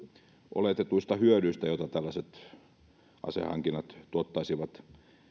oletetuista hyödyistä joita tällaiset asehankinnat tuottaisivat